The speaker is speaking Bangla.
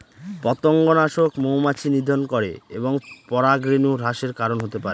পতঙ্গনাশক মৌমাছি নিধন করে এবং পরাগরেণু হ্রাসের কারন হতে পারে